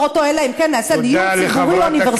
אותו אלא אם כן נעשה דיור ציבורי אוניברסלי.